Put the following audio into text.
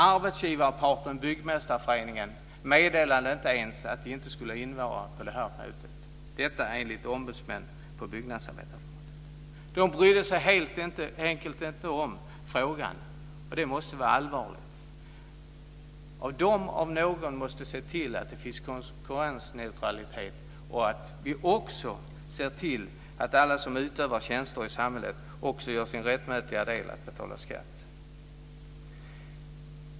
Arbetsgivarparten Byggmästareföreningen meddelade inte ens att de inte skulle närvara på mötet - detta enligt ombudsmännen på Byggnadsarbetareförbundet. De brydde sig helt enkelt inte om frågan. Det måste vara allvarligt. De om några måste se till att det finns konkurrensneutralitet. Vi måste se till att alla som utför tjänster i samhället också gör sin rättmätiga del i fråga om att betala skatt.